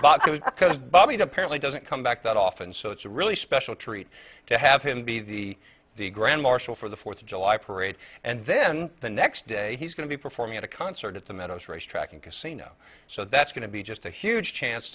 because bobby apparently doesn't come back that often so it's a really special treat to have him be the grand marshal for the fourth of july parade and then the next day he's going to be performing at a concert at the meadows racetrack and casino so that's going to be just a huge chance